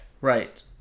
Right